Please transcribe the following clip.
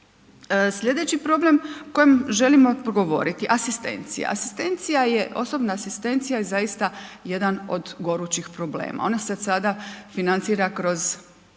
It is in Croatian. Slijedeći problem o kojem želimo progovoriti, asistencija. Asistencija je, osobna asistencija je zaista jedan od gorućih problema, ona se odsada financira kroz